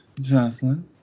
Jocelyn